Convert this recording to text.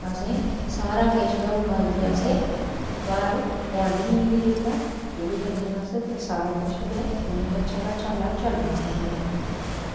असें सारा किश गै उगाइयै अस घर गोआंढियें गी बी दित्ता आपूं बी खन्ने आंं अस ते सारा किश गै इयां गै साढ़ा चाल्ला चलदा रौंह्दा ऐ